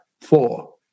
four